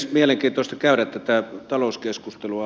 on mielenkiintoista käydä tätä talouskeskustelua